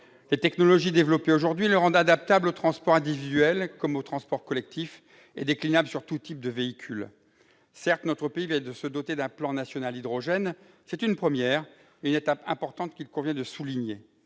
Les technologies développées aujourd'hui le rendent adaptable aux transports individuels comme aux transports collectifs et déclinable sur tout type de véhicule. Certes, notre pays vient de se doter d'un plan national hydrogène. C'est une première, une étape importante qu'il convient de souligner.